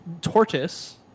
tortoise